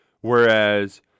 whereas